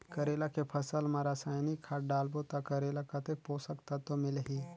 करेला के फसल मा रसायनिक खाद डालबो ता करेला कतेक पोषक तत्व मिलही?